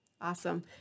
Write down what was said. Awesome